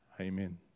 amen